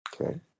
Okay